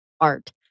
art